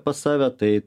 pas save tai